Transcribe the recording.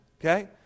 Okay